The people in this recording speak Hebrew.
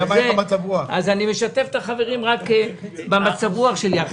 אני משתף את החברים רק במצב רוח שלי.